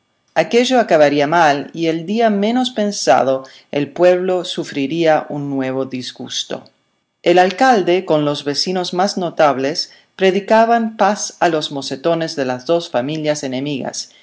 aquello acabaría mal y el día menos pensado el pueblo sufriría un nuevo disgusto el alcalde con los vecinos más notables predicaban paz a los mocetones de las dos familias enemigas